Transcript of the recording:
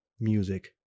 music